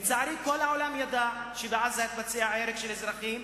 לצערי, כל העולם יודע שבעזה היה הרג של אזרחים.